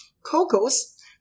Cocos